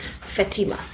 Fatima